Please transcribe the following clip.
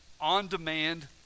on-demand